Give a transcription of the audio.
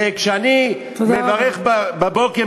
וכשאני מברך בבוקר,